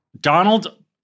Donald